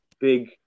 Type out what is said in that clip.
Big